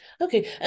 Okay